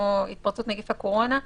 כמו התפרצות נגיף הקורונה,